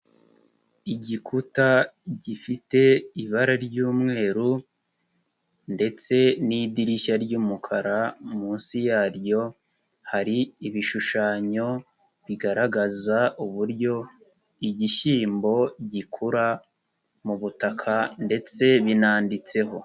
Igikuta gifite ibara ry'umweru ndetse n'idirishya ry'umukara munsi yaryo hari ibishushanyo bigaragaza uburyo igishyimbo gikura mu butaka ndetse binanditseho.